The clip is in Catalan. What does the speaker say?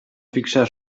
fixar